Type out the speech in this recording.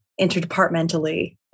interdepartmentally